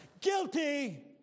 guilty